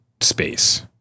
space